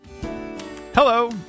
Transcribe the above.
Hello